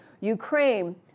Ukraine